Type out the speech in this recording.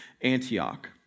Antioch